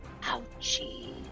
Ouchie